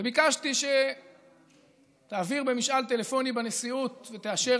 וביקשתי שתעביר במשאל טלפוני בנשיאות ותאשר,